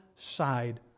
side